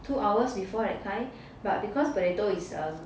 two hours before that kind but because potato is um